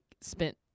spent